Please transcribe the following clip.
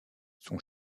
son